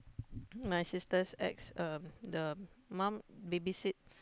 my sister's ex um the mom baby sit